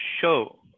show